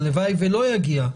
הלוואי ולא יגיע,